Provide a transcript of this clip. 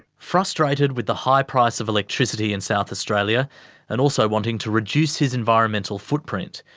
frustrated with the high price of electricity in south australia and also wanting to reduce his environmental footprint,